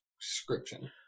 subscription